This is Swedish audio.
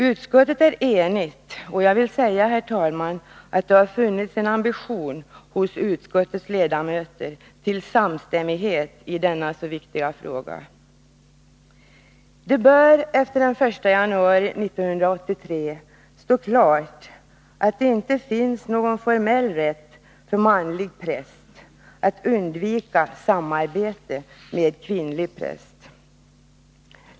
Utskottet är enigt, och jag vill säga, herr talman, att det har "funnits en ambition hos utskottets ledamöter till samstämmighet i denna så viktiga fråga. Det bör efter den 1 januari 1983 stå klart att det inte finns någon formell rätt för manlig präst att undvika samarbete med kvinnlig präst.